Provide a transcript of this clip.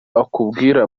akubwira